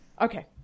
Okay